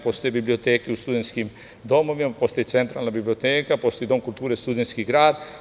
Postoje biblioteke u studentskim domovima, postoji Centralna biblioteka, postoji Dom kulture Studentski grad.